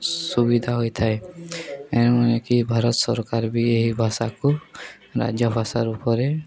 ସୁବିଧା ହୋଇଥାଏ ଏଣୁ କି ଭାରତ ସରକାର ବି ଏହି ଭାଷାକୁ ରାଜ୍ୟ ଭାଷା ରୂପରେ